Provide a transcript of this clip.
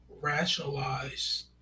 rationalize